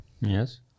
Yes